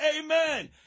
Amen